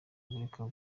kureka